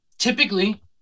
Typically